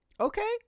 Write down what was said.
Okay